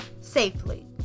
safely